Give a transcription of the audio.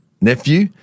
nephew